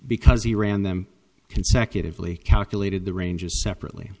because he ran them consecutively calculated the ranges separately